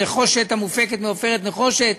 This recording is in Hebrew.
נחושת המופקת מעופרת נחושת,